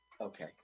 Okay